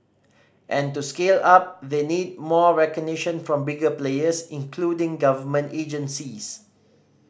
and to scale up they need more recognition from bigger players including government agencies